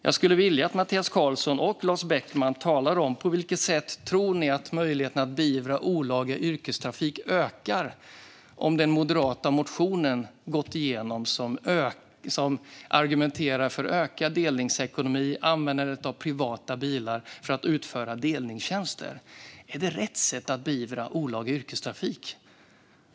Jag skulle vilja att Mattias Karlsson och Lars Beckman talar om på vilket sätt ni tror att möjligheterna att beivra olaga yrkestrafik skulle öka om den moderata motionen om ökad delningsekonomi och användandet av privata bilar för att utföra delningstjänster hade gått igenom. Är det rätt sätt att beivra olaga yrkestrafik?